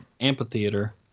amphitheater